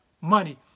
money